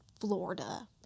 Florida